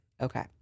Okay